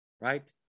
right